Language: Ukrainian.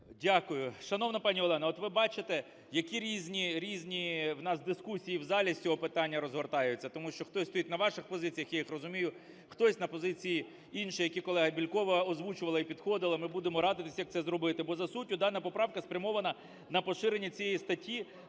Дякую. Шановна пані Олена, от ви бачите, які різні, різні в нас дискусії в залі з цього питання розгортаються, тому що хтось стоїть на ваших позиціях, я їх розумію, хтось – на позиції іншій, які колега Бєлькова озвучувала і підходила. Ми будемо радитися, як це зробити. Бо за суттю дана поправка спрямована на поширення цієї статті